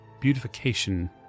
Beautification